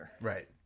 Right